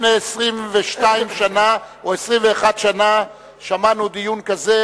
לפני 22 שנה או 21 שנה שמענו דיון כזה.